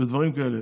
בדברים כאלה.